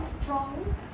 strong